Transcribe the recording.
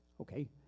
Okay